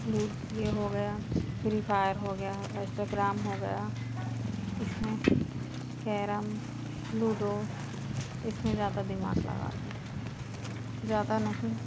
यह हो गया फ्री फायर हो गया इंस्टाग्राम हो गया इसमें केरम लूडो इसमें ज़्यादा दिमाग़ लगाते हैं ज़्यादा नहीं